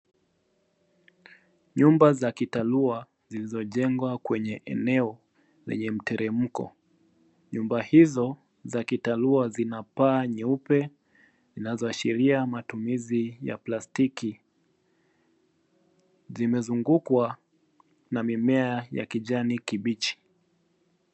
Nyumba za kitalu zilizojengwa kwenye eneo lenye mteremko. Nyumba hizo za kitalu zina paa nyeupe zinazoashiria matumizi ya plastiki. Zimezungukwa na mimea ya kijani kibichi.